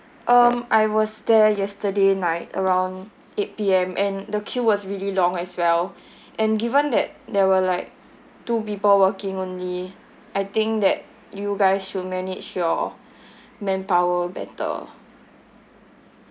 um I was there yesterday night around eight P_M and the queue was really long as well and given that there were like two people working only I think that you guys should manage your manpower better